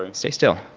um stay still.